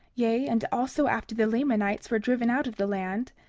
yea, and also after the lamanites were driven out of the land,